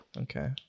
Okay